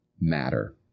matter